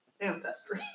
Ancestry